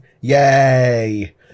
yay